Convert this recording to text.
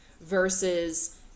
versus